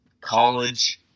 college